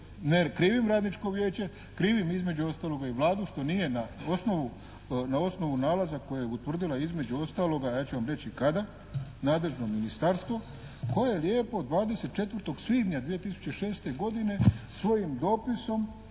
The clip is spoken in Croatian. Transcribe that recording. ne krivim radničko vijeće, krivim između ostalog i Vladu što nije na osnovu nalaza kojeg je utvrdila između ostaloga, a ja ću vam reći i kada, nadležno ministarstvo koje lijepo 24. svibnja 2006. godine svojim dopisom